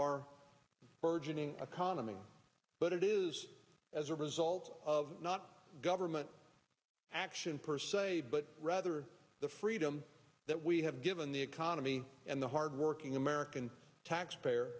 condominium but it is as a result of not government action per se but rather the freedom that we have given the economy and the hardworking american taxpayer